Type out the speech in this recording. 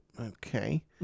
Okay